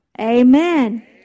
Amen